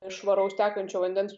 švaraus tekančio vandens